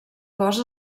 cos